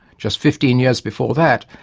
just fifteen years before that,